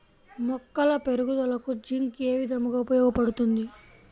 మొక్కల పెరుగుదలకు జింక్ ఏ విధముగా ఉపయోగపడుతుంది?